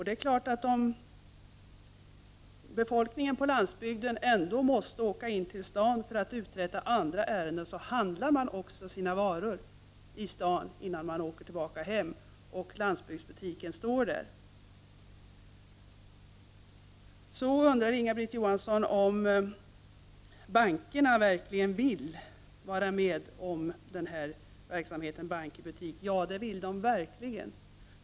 Det är klart att om befolkningen på landsbygden ändå måste åka till staden för att uträtta andra ärenden, handlar de också sina varor i staden innan de åker tillbaka hem, vilket drabbar landsbygdsbutiken. Inga-Britt Johansson undrar om bankerna verkligen vill vara med om denna verksamhet med ”bank i butik”. Ja, det vill de verkligen.